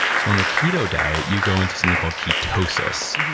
so on the keto diet, you go into something called ketosis.